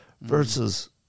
versus